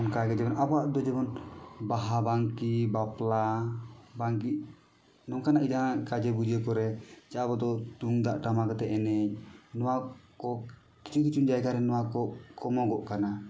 ᱚᱱᱠᱟᱜᱮ ᱡᱮᱢᱚᱱ ᱟᱵᱚᱣᱟᱜ ᱫᱚ ᱡᱮᱢᱚᱱ ᱵᱟᱦᱟ ᱵᱟᱝᱠᱤ ᱵᱟᱯᱞᱟ ᱵᱟᱝᱠᱤ ᱱᱚᱝᱠᱟᱱᱟᱜ ᱜᱮ ᱡᱟᱦᱟᱸ ᱠᱟᱡᱮ ᱵᱷᱚᱡᱮ ᱠᱚᱨᱮ ᱪᱟ ᱟᱵᱚᱫᱚ ᱛᱩᱢᱫᱟᱜ ᱴᱟᱢᱟᱠᱟᱛᱮ ᱮᱱᱮᱡ ᱱᱚᱣᱟ ᱠᱚ ᱠᱤᱪᱷᱩ ᱠᱤᱪᱷᱩ ᱡᱟᱭᱜᱟᱨᱮ ᱱᱚᱣᱟᱠᱚ ᱠᱚᱢᱚᱜᱚᱜ ᱠᱟᱱᱟ